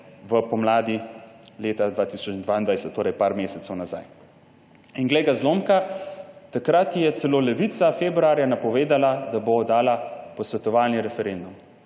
v pomladi leta 2022, torej nekaj mesecev nazaj. In glej ga, zlomka, takrat je celo Levica februarja napovedala, da bo oddala posvetovalni referendum